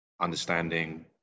understanding